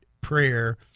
prayer